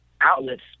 outlets